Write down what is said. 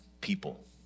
people